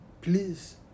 please